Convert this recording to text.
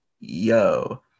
yo